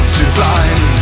divine